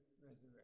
resurrection